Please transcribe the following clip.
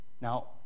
Now